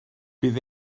bydd